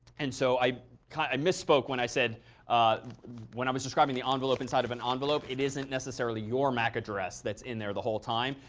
and so i kind of i misspoke when i said when i was describing the envelope inside of an ah envelope, it isn't necessarily your mac address that's in there the whole time.